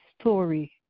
story